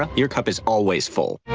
um your cup is always full.